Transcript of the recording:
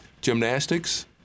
Gymnastics